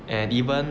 and even